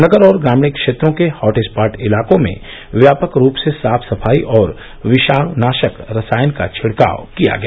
नगर और ग्रामीण क्षेत्रों के हॉटस्पॉट इलाकों में व्यापक रूप से साफ सफाई और विषाणुनाशक रसायन का छिडकाव किया गया